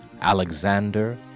Alexander